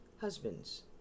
husbands